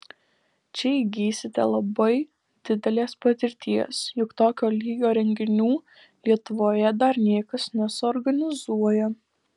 čia įgysite labai didelės patirties juk tokio lygio renginių lietuvoje dar niekas nesuorganizuoja